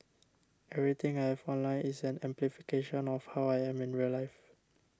everything I have online is an amplification of how I am in real life